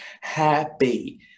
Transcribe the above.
happy